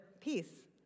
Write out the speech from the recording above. peace